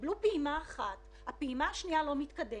קיבלו פעימה אחת, הפעימה השנייה לא מתקדמת.